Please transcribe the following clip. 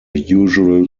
usual